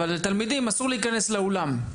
אבל לתלמידים אסור להיכנס לאולם.